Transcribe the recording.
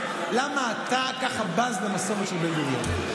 למה אתה ככה בז למסורת של בן-גוריון?